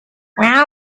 well